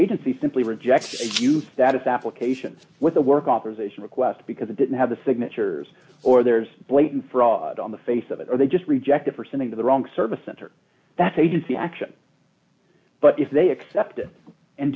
agency simply rejects you status applications with a work authorization request because it didn't have the signatures or there's blatant fraud on the face of it are they just rejected for sending to the wrong service center that's agency action but if they accept it and